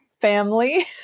family